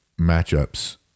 matchups